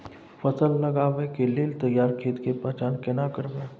फसल लगबै के लेल तैयार खेत के पहचान केना करबै?